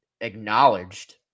acknowledged